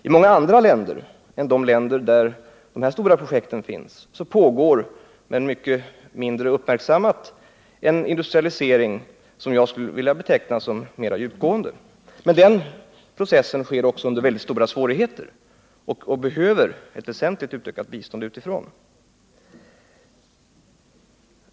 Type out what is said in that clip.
I många andra länder än där de stora projekten finns pågår en industrialisering som är mycket mindre uppmärksammad och som jag skulle vilja beteckna som mera djupgående. Men den processen sker också under mycket stora svårigheter och behöver ett väsentligt utökat bistånd utifrån.